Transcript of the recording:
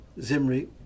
Zimri